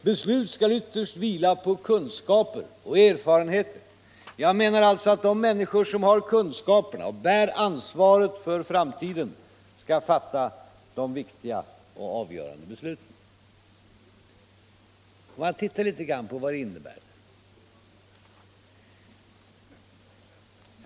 Beslut skall ytterst vila på kunskaper och erfarenheter. —--- Jag menar alltså att de människor som har kunskaperna och bär ansvaret för framtiden skall fatta de viktiga och avgörande besluten.” Låt oss titta litet grand på vad det innebär.